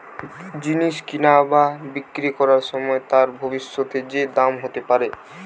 জিনিস কিনা বা বিক্রি করবার সময় তার ভবিষ্যতে যে দাম হতে পারে